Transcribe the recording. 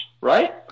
right